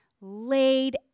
laid